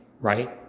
right